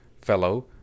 fellow